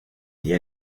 día